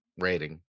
rating